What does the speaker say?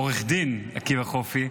עורך דין עקיבא חופי,